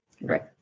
Right